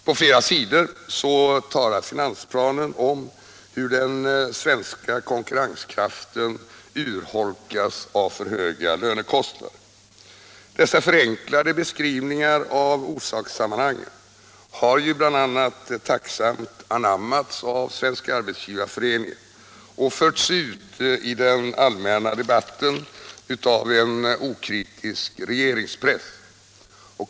På flera sidor talade finansplanen om hur den svenska konkurrenskraften urholkas av för höga lönekostnader. Dessa förenklade beskrivningar av orsakssammanhangen har bl.a. tacksamt anammats av Svenska arbetsgivareföreningen och förts ut i den allmänna debatten av en okritisk regeringspress.